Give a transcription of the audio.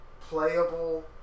playable